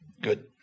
Good